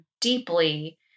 deeply